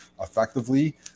effectively